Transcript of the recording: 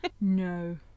no